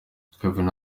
kevin